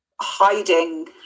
hiding